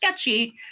sketchy